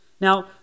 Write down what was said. Now